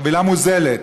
חבילה מוזלת,